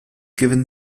given